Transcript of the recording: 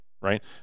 right